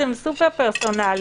תאפשרו לו להקריא.